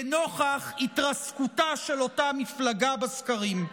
לנוכח התרסקותה של אותה מפלגה בסקרים.